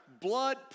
blood